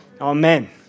Amen